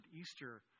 Easter